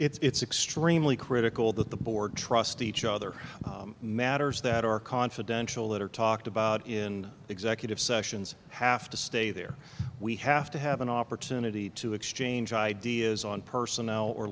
it's extremely critical that the board trust each other matters that are confidential that are talked about in executive sessions have to stay there we have to have an opportunity to exchange ideas on personnel or